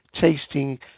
tasting